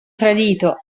tradito